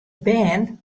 bern